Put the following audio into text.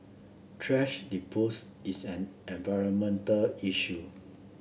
thrash dispose is an environmental issue